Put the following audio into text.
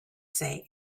say